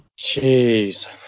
Jeez